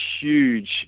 huge